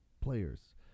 players